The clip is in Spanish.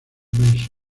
inmenso